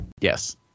Yes